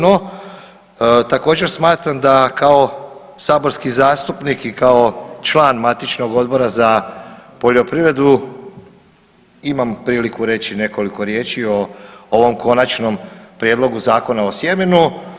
No, također smatram da kao saborski zastupnik i kao član matičnog Odbora za poljoprivredu imam priliku reći nekoliko riječi o ovom Konačnom prijedlogu Zakona o sjemenu.